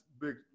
big